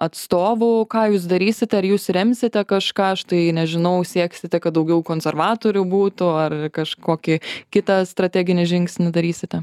atstovų ką jūs darysite ar jūs remsite kažką štai nežinau sieksite kad daugiau konservatorių būtų ar kažkokį kitą strateginį žingsnį darysite